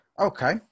Okay